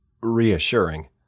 reassuring